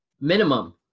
Minimum